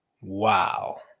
Wow